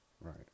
Right